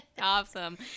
Awesome